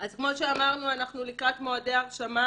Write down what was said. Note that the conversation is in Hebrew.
כמו שאמרנו, אנחנו לקראת מועדי הרשמה.